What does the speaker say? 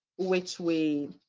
which we